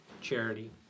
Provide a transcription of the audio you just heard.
charity